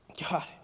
God